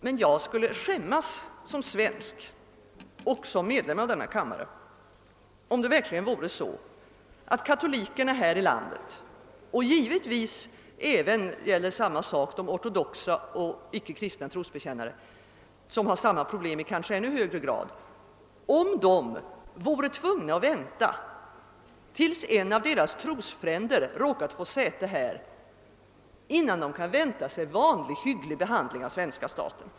Men jag skulle skämmas som svensk och som medlem av denna kammare, om det verkligen vore så att katolikerna i vårt land — och detsamma gäller givetvis även de ortodoxa respektive icke kristna trosbekännare, som har samma problem i kanske ännu högre grad — skulle bli tvungna att vänta tills en av deras trosfränder råkat få säte här i riksdagen, innan de kan få en vanlig hygglig behandling av den svenska staten.